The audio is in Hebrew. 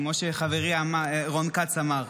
כמו שחברי רון כץ אמר.